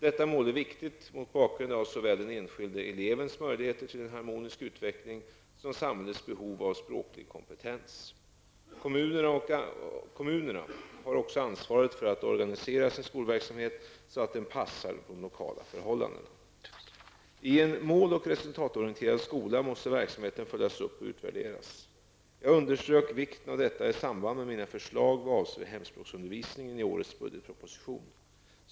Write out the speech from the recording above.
Detta mål är viktigt mot bakgrund av såväl den enskilde elevens möjligheter till en harmonisk utveckling som samhällets behov av språklig kompetens. Kommunerna har också ansvaret för att organisera sin skolverksamhet så att den passar de lokala förhållandena. I en mål och resultatorienterad skola måste verksamheten följas upp och utvärderas. Jag underströk vikten av detta i samband med mina förslag vad avser hemspråksundervisningen i årets budgetproposition.